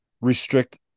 restrict